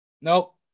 nope